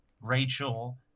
Rachel